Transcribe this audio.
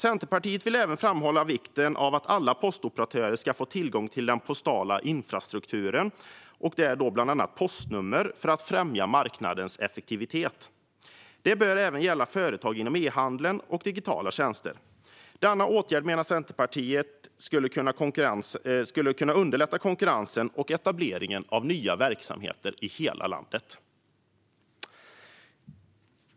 Centerpartiet vill även framhålla vikten av att alla postoperatörer får tillgång till den postala infrastrukturen, bland annat postnummer, för att främja marknadens effektivitet. Detta bör även gälla företag inom e-handel och digitala tjänster. Denna åtgärd skulle, menar Centerpartiet, kunna underlätta konkurrensen och etableringen av nya verksamheter i hela landet.